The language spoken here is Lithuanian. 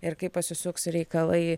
ir kaip pasisuks reikalai